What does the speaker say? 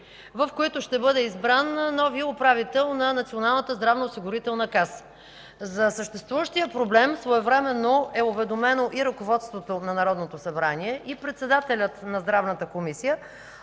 в които ще бъде избран новият управител на НЗОК. За съществуващия проблем своевременно е уведомено и ръководството на Народното събрание, и председателят на Здравната комисия,